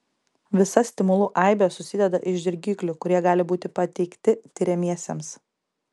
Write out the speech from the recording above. visa stimulų aibė susideda iš dirgiklių kurie gali būti pateikti tiriamiesiems